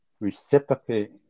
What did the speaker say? reciprocate